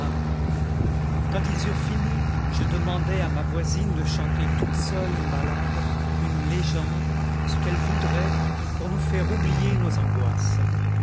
quand ils eurent fini je demandai à ma voisine de chanter toute seule une ballade une légende ce qu'elle voudrait pour nous faire oublier nos angoisses